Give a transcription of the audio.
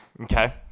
Okay